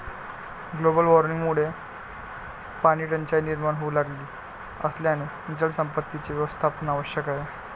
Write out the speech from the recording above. global वॉर्मिंगमुळे पाणीटंचाई निर्माण होऊ लागली असल्याने जलसंपत्तीचे व्यवस्थापन आवश्यक आहे